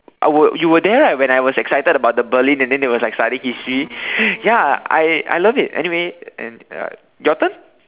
I were you were there right when I was excited about the Berlin and then they were studying history ya I I love it anyway and uh your turn